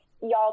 y'all